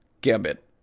Gambit